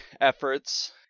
efforts